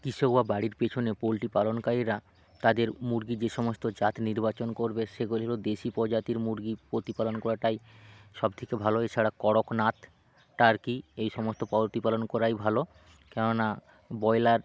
কৃষক বা বাড়ির পেছনে পোল্ট্রি পালনকারীরা তাদের মুরগির যে সমস্ত জাত নির্বাচন করবে সেগুলিরও দেশি প্রজাতির মুরগি প্রতিপালন করাটাই সবথেকে ভালো এছাড়া করকনাথ টার্কি এই সমস্ত পোল্ট্রি পালন করাই ভালো কেননা ব্রোয়লার